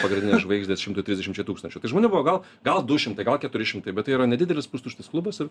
pagrindinės žvaigždės šimtui trisdešimčiai tūkstančių tai žmonių buvo gal gal du šimtai gal keturi šimtai bet tai yra nedidelis pustuštis klubas ir